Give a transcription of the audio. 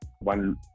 one